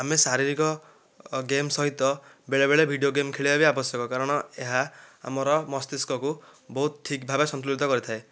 ଆମେ ଶାରୀରିକ ଗେମ୍ ସହିତ ବେଳେବେଳେ ଭିଡିଓ ଗେମ୍ ଖେଳିବା ବି ଆବଶ୍ୟକ କାରଣ ଏହା ଆମର ମସ୍ତିଷ୍କକୁ ବହୁତ ଠିକ୍ ଭାବରେ ସନ୍ତୁଳିତ କରିଥାଏ